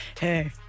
hey